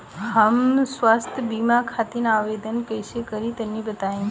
हम स्वास्थ्य बीमा खातिर आवेदन कइसे करि तनि बताई?